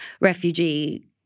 refugee